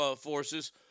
Forces